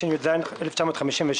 ישנן שתי תקופות: